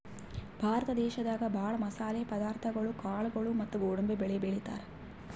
ಭಾರತ ದೇಶದಾಗ ಭಾಳ್ ಮಸಾಲೆ ಪದಾರ್ಥಗೊಳು ಕಾಳ್ಗೋಳು ಮತ್ತ್ ಗೋಡಂಬಿ ಬೆಳಿ ಬೆಳಿತಾರ್